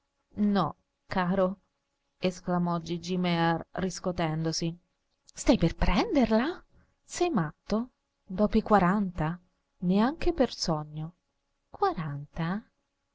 no caro esclamò gigi mear riscotendosi stai per prenderla sei matto dopo i quaranta neanche per sogno quaranta